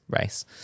race